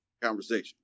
conversation